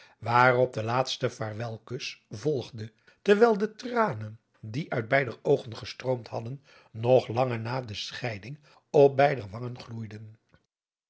waarop de laatste vaarwelkus volgde terwijl de tranen die uit beider oogen gestroomd hadden nog lange na de scheiding op beider wangen gloeiden